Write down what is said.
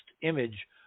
image